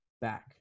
back